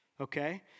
okay